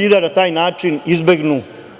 i da na taj način izbegnu